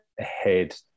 ahead